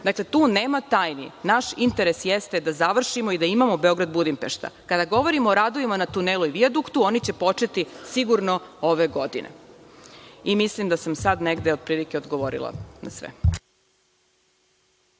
Dakle, tu nema tajni. Naš interes jeste da završimo i da imamo Beograd-Budimpešta. Kada govorimo o radovima na tunelu i vijaduktu, oni će početi sigurno ove godine. Mislim da sam odgovorila na sve.